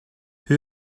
who